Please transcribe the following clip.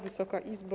Wysoka Izbo!